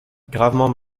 gravement